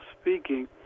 speaking